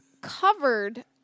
covered